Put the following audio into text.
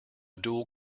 dual